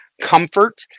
Comfort